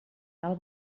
tal